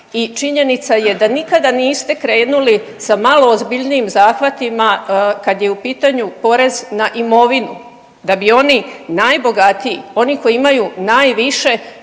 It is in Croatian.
činjenica je da nikada niste krenuli sa malo ozbiljnijim zahvatima kad je u pitanju porez na imovinu, da bi oni najbogatiji, oni koji imaju najviše